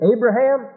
Abraham